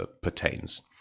pertains